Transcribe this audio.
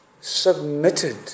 submitted